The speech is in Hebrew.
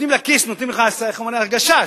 איך אומר הגשש?